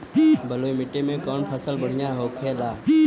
बलुई मिट्टी में कौन फसल बढ़ियां होखे ला?